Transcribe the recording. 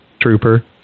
trooper